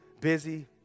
busy